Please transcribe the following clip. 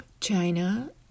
China